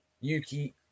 Yuki